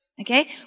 Okay